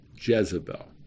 Jezebel